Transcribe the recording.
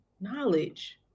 knowledge